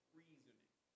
reasoning